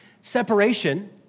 separation